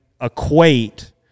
equate